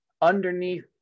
underneath